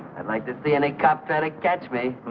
i like does the and i got that i gets me